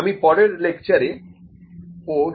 আমি পরের লেকচারে ও ডাটা ভিসুয়ালাইজেশন নিয়ে আলোচনা করবো